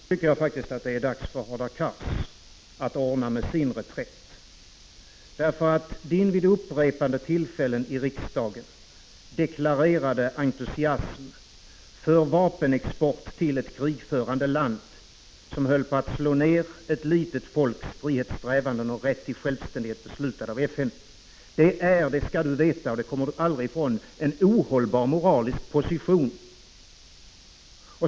Fru talman! Nu tycker jag faktiskt att det är dags för Hadar Cars att ordna med sin reträtt. Hans vid upprepade tillfällen i riksdagen deklarerade entusiasm för vapenexport till ett krigförande land, som höll på att slå ner ett litet folks frihetssträvanden och rätt till självständighet, beslutad av FN, är — och det kommer Hadar Cars aldrig ifrån — en moraliskt ohållbar position.